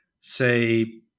say